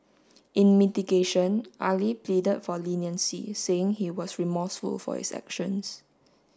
in mitigation Ali pleaded for leniency saying he was remorseful for his actions